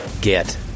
get